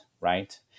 Right